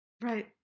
right